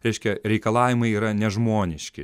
reiškia reikalavimai yra nežmoniški